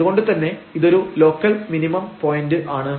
അതുകൊണ്ടുതന്നെ ഇതൊരു local minimum point ആണ്